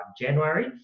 January